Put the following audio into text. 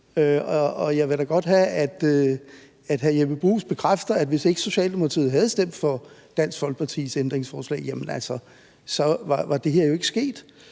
jeg vil da godt have, at hr. Jeppe Bruus bekræfter, at hvis ikke Socialdemokratiet havde stemt for Dansk Folkepartis ændringsforslag, jamen så var det her jo ikke sket.